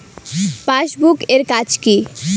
Passbook এর কাজ কি?